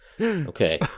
Okay